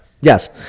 Yes